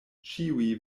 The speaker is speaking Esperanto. ĉiuj